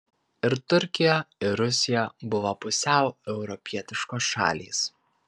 ir turkija ir rusija buvo pusiau europietiškos šalys